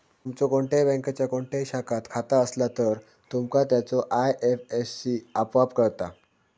तुमचो कोणत्याही बँकेच्यो कोणत्याही शाखात खाता असला तर, तुमका त्याचो आय.एफ.एस.सी आपोआप कळता